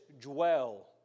dwell